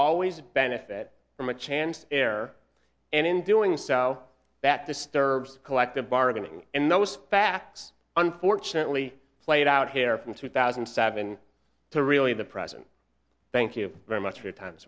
always benefit from a chance there and in doing so that disturbs the collective bargaining in those facts unfortunately played out here from two thousand and seven to really the present thank you very much for your time